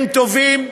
הם טובים,